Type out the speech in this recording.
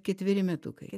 ketveri metukai